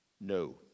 No